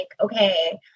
okay